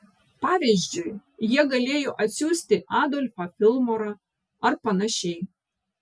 pavyzdžiui jie galėjo atsiųsti adolfą filmorą ar panašiai